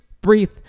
breathe